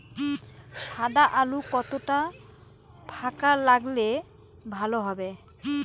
সাদা আলু কতটা ফাকা লাগলে ভালো হবে?